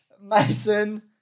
Mason